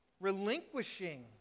relinquishing